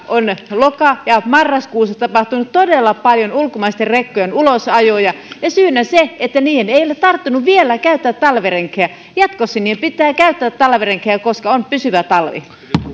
on loka ja marraskuussa tapahtunut todella paljon ulkomaisten rekkojen ulosajoja syynä se että niiden ei ole tarvinnut vielä käyttää talvirenkaita jatkossa niiden pitää käyttää talvirenkaita koska on pysyvä talvi